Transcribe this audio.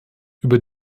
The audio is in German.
über